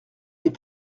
des